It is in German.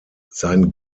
sein